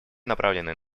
направленные